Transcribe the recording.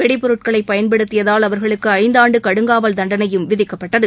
வெடிபொருட்களை பயன்படுத்தியதால் அவர்களுக்கு ஐந்தாண்டு கடுங்காவல் தண்டணையும் விதிக்கப்பட்டது